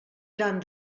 gran